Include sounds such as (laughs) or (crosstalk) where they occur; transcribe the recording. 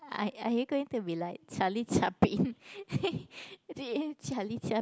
are are you going to be like Charlie-Chaplin (laughs) Charlie-Chaplin